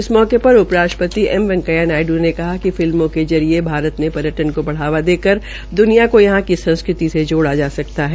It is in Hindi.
इस अवसर पर उपराष्ट्रपति एम वैकेंया नायडू ने कहा कि फिल्मों के जरिये भारत में पर्यटन् को बढ़ावा देकर दनिया को यहां की संस्कृति से जोड़ा जा सकता है